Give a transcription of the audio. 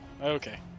Okay